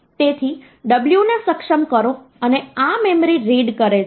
તેથી w ને સક્ષમ કરો અને આ મેમરી રીડ કરે છે